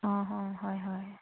অঁ অঁ হয় হয়